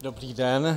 Dobrý den.